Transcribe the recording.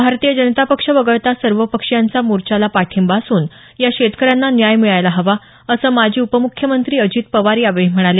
भारतीय जनता पक्ष वगळता सर्वपक्षीयांचा मोर्चाला पाठिंबा असून या शेतकऱ्यांना न्याय मिळायला हवा असं माजी उपमुख्यमंत्री अजित पवार यावेळी म्हणाले